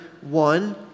one